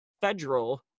federal